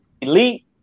elite